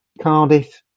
Cardiff